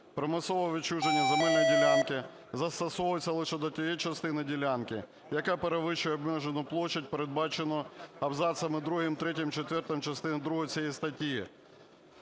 Примусове відчуження земельної ділянки застосовується лише до тієї частини ділянки, яка перевищує обмежену площу, передбачену абзацами другим, третім,